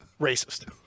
Racist